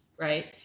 right